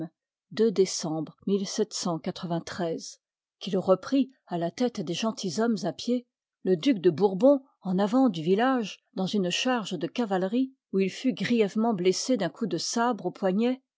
qu'il reprit à la tête des gentilshommes à pied le duc de bourbon en avant du village dans une charge de cavalerie où il fut grièvement blessé d'un coup de sabre au poignet